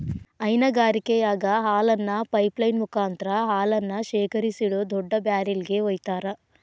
ಹೈನಗಾರಿಕೆಯಾಗ ಹಾಲನ್ನ pipeline ಮುಕಾಂತ್ರ ಹಾಲನ್ನ ಶೇಖರಿಸಿಡೋ ದೊಡ್ಡ ಬ್ಯಾರೆಲ್ ಗೆ ವೈತಾರ